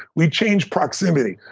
we change proximity.